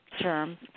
term